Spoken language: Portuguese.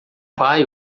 pai